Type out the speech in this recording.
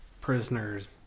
prisoner's